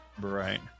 Right